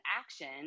action